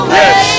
yes